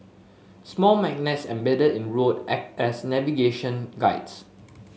small magnets embedded in road act as navigation guides